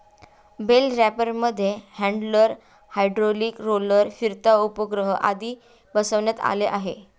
bell रॅपरमध्ये handler, hydraulic roller, फिरता उपग्रह आदी बसवण्यात आले आहे